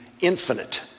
infinite